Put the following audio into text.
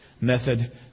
method